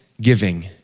giving